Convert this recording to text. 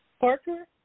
Parker